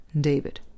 David